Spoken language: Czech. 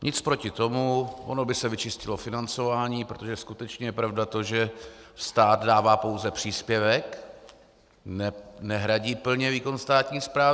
Nic proti tomu, ono by se vyčistilo financování, protože skutečně je pravda, že stát dává pouze příspěvek, nehradí plně výkon státní správy.